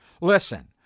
listen